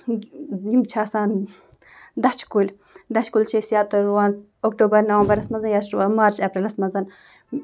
یِم چھِ آسان دَچھٕ کُلۍ دَچھٕ کُلۍ چھِ أسۍ یا تہٕ رُوان اکٹوبر نومبرَس منٛز یا چھِ رُوان مارٕچ اپریلَس منٛز